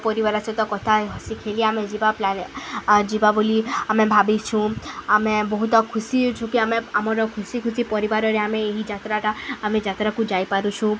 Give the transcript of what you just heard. ପରିବାର ସହିତ କଥା ହସିି ଖେଳି ଆମେ ଯିବା ଯିବା ବୋଲି ଆମେ ଭାବିଛୁ ଆମେ ବହୁତ ଖୁସି ଅଛୁ କି ଆମେ ଆମର ଖୁସି ଖୁସି ପରିବାରରେ ଆମେ ଏହି ଯାତ୍ରାଟା ଆମେ ଯାତ୍ରାକୁ ଯାଇପାରୁଛୁ